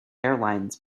airlines